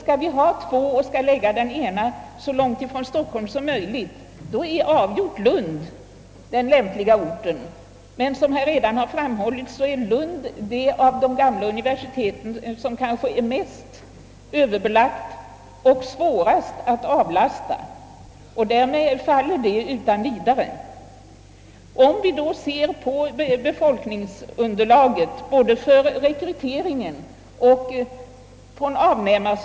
Om en av dem skall inrättas så långt från Stockholm som möjligt, är Lund avgjort den lämpligaste orten. Som redan framhållits är emellertid Lund det av de gamla universiteten som är mest överbelagt och svårast att avlasta, och därmed faller det förslaget. Det är ju också till Mellansverige som befolkningen koncentreras alltmer.